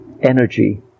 energy